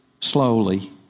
slowly